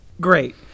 Great